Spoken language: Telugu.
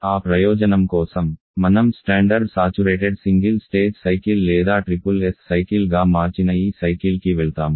ఆ ప్రయోజనం కోసం మనం ప్రామాణిక సాచురేటెడ్ సింగిల్ స్టేజ్ సైకిల్ లేదా SSS సైకిల్గా మార్చిన ఈ సైకిల్కి వెళ్తాము